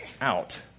out